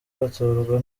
batorwa